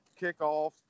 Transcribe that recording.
kickoff